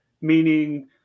meaning